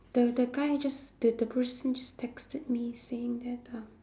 the the guy just the the person just texted me saying that um